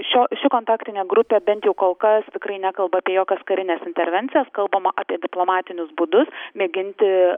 šio ši kontaktinė grupė bent jau kol kas tikrai nekalba apie jokias karines intervencijas kalbama apie diplomatinius būdus mėginti